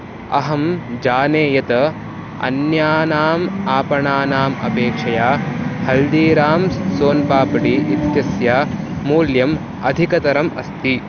अहं जाने यत् अन्यानाम् आपणानाम् अपेक्षया हल्दीराम्स् सोन्पापडी इत्यस्य मूल्यम् अधिकतरम् अस्ति